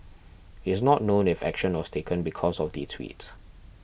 is not known if action was taken because of the sweet